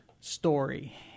story